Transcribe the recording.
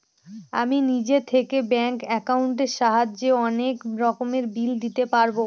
আমি নিজে থেকে ব্যাঙ্ক একাউন্টের সাহায্যে অনেক রকমের বিল দিতে পারবো